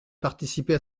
participer